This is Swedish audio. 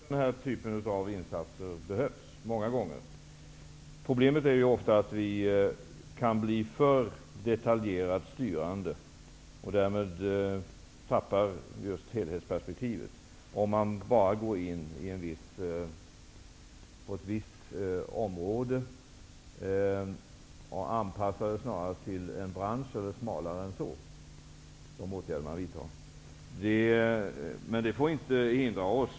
Fru talman! Den här typen av insatser behövs många gånger. Problemet är emellertid att det, med de åtgärder som vidtas, ofta blir ett för detaljerat styrande, och att man, om man bara går in på ett visst område och gör en anpassning till en viss bransch eller till ännu smalare områden, tappar helhetsperspektivet. Men det får inte hindra oss.